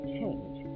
change